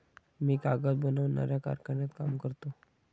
मी कागद बनवणाऱ्या कारखान्यात काम करतो